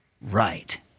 right